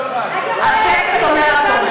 השקט אומר הכול.